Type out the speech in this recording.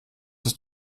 ist